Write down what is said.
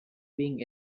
being